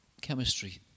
chemistry